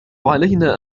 علينا